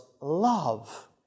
love